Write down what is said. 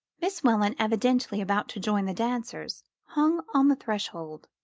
miss welland, evidently about to join the dancers, hung on the threshold,